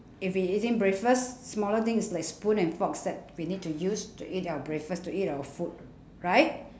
if we eating breakfast smaller things is like spoon and forks that we need to use to eat our breakfast to eat our food right